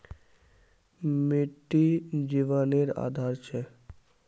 मिटटी जिवानेर आधार छे